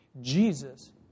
Jesus